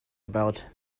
about